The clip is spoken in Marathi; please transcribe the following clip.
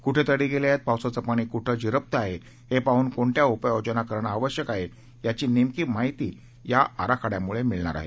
कुठे तडे गेले आहेत पावसाचं पाणी कुठे झिरपतं आहे हे पाहून कोणत्या उपाययोजना करणं आवश्यक आहे याची नेमकी माहिती या आराखड्यामुळं मिळणार आहे